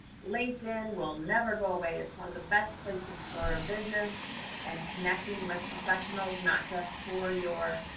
linkedin will never go away. it's one of the best places for business and connecting with professionals. not just for your